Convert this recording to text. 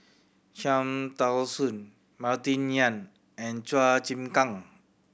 Cham Tao Soon Martin Yan and Chua Chim Kang